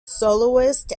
soloist